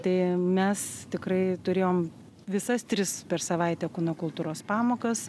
tai mes tikrai turėjom visas tris per savaitę kūno kultūros pamokas